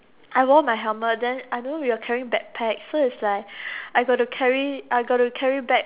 I wore my helmet then I know we were carrying back pack so is like I got to carry I got to carry back